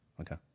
Okay